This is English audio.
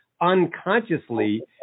unconsciously